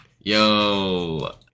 Yo